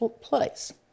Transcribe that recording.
place